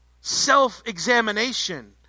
Self-examination